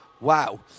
wow